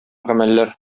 гамәлләр